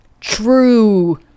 true